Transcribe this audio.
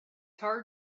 hard